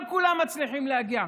לא כולם מצליחים להגיע,